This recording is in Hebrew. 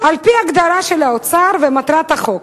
על-פי ההגדרה של האוצר ומטרת החוק: